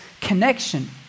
connection